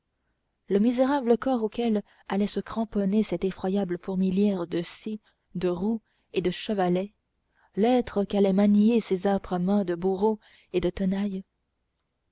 le misérable corps auquel allait se cramponner cette effroyable fourmilière de scies de roues et de chevalets l'être qu'allaient manier ces âpres mains de bourreaux et de tenailles